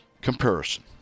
comparison